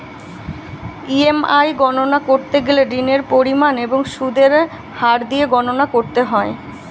EMI গণনা করতে গেলে ঋণের পরিমাণ এবং সুদের হার দিয়ে গণনা করতে হয়